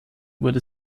wurde